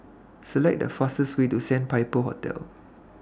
Select The fastest Way to Sandpiper Hotel